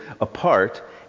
apart